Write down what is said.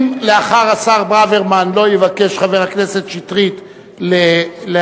אם לאחר השר ברוורמן לא יבקש חבר הכנסת שטרית להשיב,